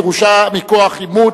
ירושה מכוח אימוץ),